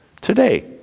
today